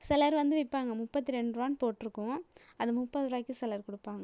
சிலர் வந்து விற்பாங்க முப்பத்தி ரெண்டுருவானு போட்டிருக்கும் அதை முப்பது ருபாய்க்கு சிலர் கொடுப்பாங்க